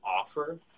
offer